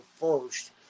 first